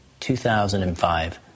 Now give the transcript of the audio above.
2005